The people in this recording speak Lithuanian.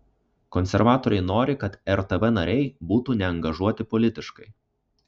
konservatoriai nori kad rtv nariai būtų neangažuoti politiškai